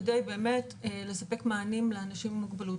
כדי לספק מענים לאנשים עם מוגבלות.